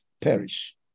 perish